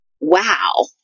Wow